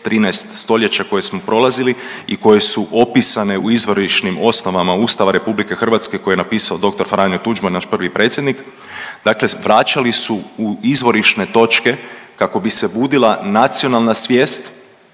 13 stoljeća koje smo prolazili i koje su opisane u izvorišnim osnovama Ustava RH koji je napisao dr. Franjo Tuđman naš prvi predsjednik, dakle vraćali su u izvorišne točke kako bi se budila nacionalna svijest